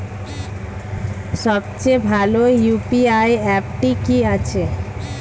সবচেয়ে ভালো ইউ.পি.আই অ্যাপটি কি আছে?